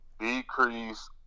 Decrease